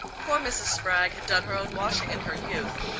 poor mrs. spragg had done her own washing in her youth,